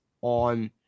on